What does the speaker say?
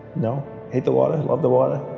no hate the water love the water